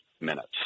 minutes